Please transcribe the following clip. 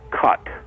cut